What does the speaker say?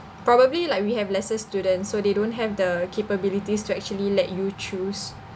probably like we have lesser students so they don't have the capabilities to actually let you choose